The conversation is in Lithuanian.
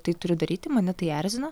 tai turiu daryti mane tai erzino